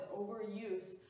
overuse